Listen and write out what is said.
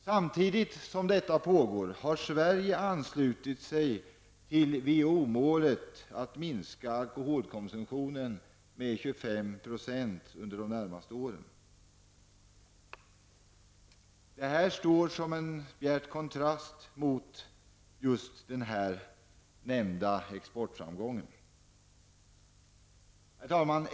Samtidigt som detta pågår har Sverige anslutit sig till WHO-målet att minska alkoholkonsumtionen med 25 % under de närmaste åren. Detta står i bjärt kontrast mot just den tidigare nämnda exportframgången. Herr talman!